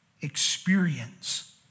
experience